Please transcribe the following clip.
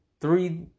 three